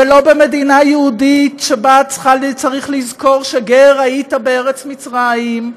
ולא במדינה יהודית שבה צריך לזכור ש"גר היית בארץ מצרים",